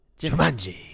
Jumanji